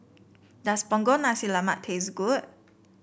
does Punggol Nasi Lemak taste good